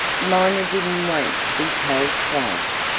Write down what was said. miner didn't wait to be told twice.